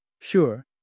Sure